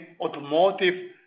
automotive